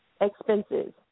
expenses